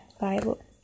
Bible